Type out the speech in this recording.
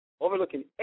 overlooking